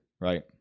right